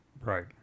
Right